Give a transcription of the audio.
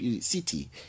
city